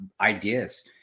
ideas